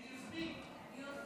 הם יוזמים.